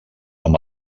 amb